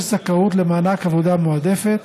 יש זכאות למענק עבודה מועדפת